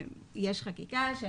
יש חקיקה של